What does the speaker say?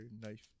knife